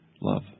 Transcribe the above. love